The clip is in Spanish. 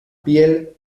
piel